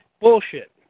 Bullshit